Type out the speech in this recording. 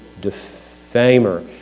defamer